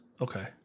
Okay